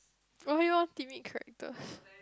only want T_V characters